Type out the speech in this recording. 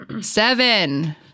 Seven